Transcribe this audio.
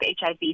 HIV